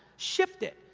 shift it,